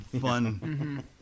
fun